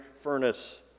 furnace